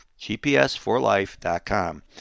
gpsforlife.com